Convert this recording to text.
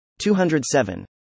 207